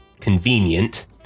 convenient